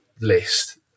list